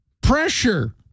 Pressure